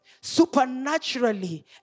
supernaturally